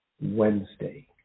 Wednesday